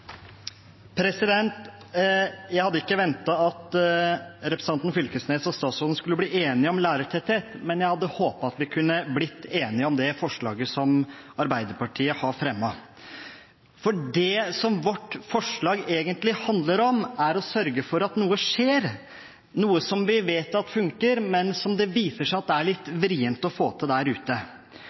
statsråden skulle bli enige om lærertetthet, men jeg hadde håpet at vi kunne blitt enige om det forslaget som Arbeiderpartiet har fremmet. For det som vårt forslag egentlig handler om, er å sørge for at noe skjer, noe som vi vet funker, men som det viser seg er litt vrient å få til der ute.